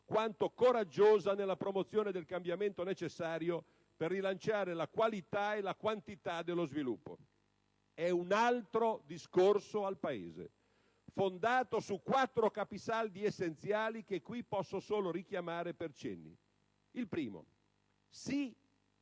quanto coraggiosa nella promozione del cambiamento necessario per rilanciare la qualità e la quantità dello sviluppo. È un altro discorso al Paese, fondato su quattro capisaldi essenziali, che qui posso solo richiamare per cenni. In primo